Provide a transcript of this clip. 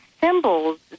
symbols